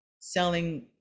selling